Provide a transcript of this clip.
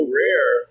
rare